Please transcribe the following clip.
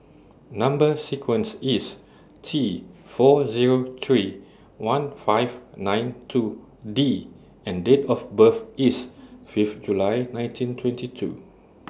Number sequence IS T four Zero three one five nine two D and Date of birth IS Fifth July nineteen twenty two